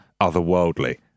otherworldly